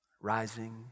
rising